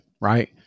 right